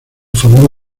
formó